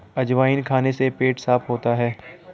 अजवाइन खाने से पेट साफ़ होता है